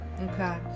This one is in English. Okay